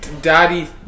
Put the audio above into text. Daddy